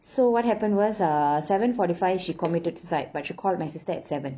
so what happened was err seven forty five she committed suicide but she called my sister at seven